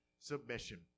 submission